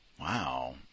Wow